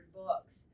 books